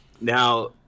Now